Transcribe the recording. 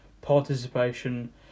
participation